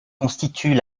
constituent